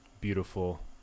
beautiful